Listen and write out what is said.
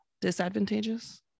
disadvantageous